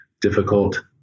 difficult